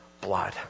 blood